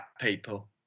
people